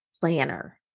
planner